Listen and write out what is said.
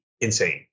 insane